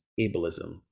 ableism